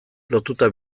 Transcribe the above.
lotuta